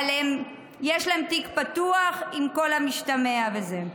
אבל יש להם תיק פתוח על כל המשתמע מזה.